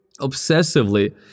obsessively